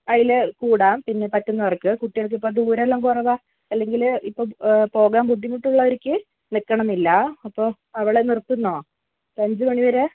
അതിൽ കൂടാം പിന്നെ പറ്റുന്നവർക്ക് കുട്ടികൾക്ക് ഇപ്പോൾ ദൂരം എല്ലാം കുറവാ അല്ലെങ്കിൽ ഇപ്പോൾ പോകാൻ ബുദ്ധിമുട്ടുള്ളവർക്ക് നിൽക്കണന്നില്ല അപ്പോൾ അവളെ നിർത്തുന്നോ ഒരു അഞ്ച് മണി വരെ